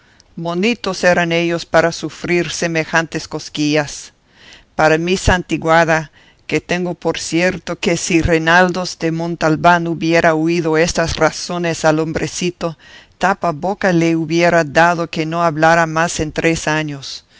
bonitos eran ellos para sufrir semejantes cosquillas para mi santiguada que tengo por cierto que si reinaldos de montalbán hubiera oído estas razones al hombrecito tapaboca le hubiera dado que no hablara más en tres años